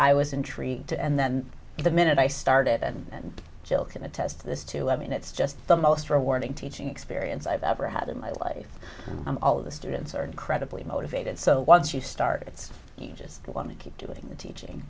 i was intrigued and then the minute i started and jill can attest to this too i mean it's just the most rewarding teaching experience i've ever had in my life all of the students are incredibly motivated so once you start it's you just want to keep doing teaching